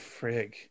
frig